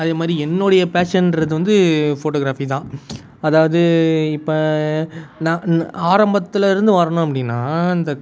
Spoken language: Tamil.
அதே மாதிரி என்னுடைய பேஷன்றது வந்து ஃபோட்டோகிராஃபி தான் அதாவது இப்போ நான் ஆரம்பத்திலேருந்து வரணும் அப்படின்னா இந்த